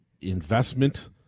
investment